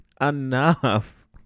Enough